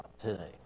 today